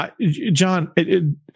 John